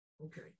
Okay